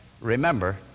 Remember